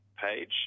page